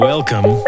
Welcome